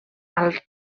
altres